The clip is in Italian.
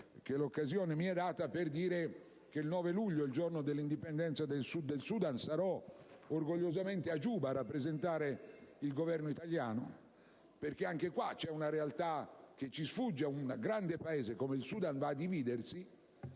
l'occasione che mi è data per far sapere che il 9 luglio, giorno dell'indipendenza del Sud Sudan, sarò orgogliosamente a Jiuba a rappresentare il Governo italiano. Si tratta di una realtà che ci sfugge: un grande Paese come il Sudan va a dividersi.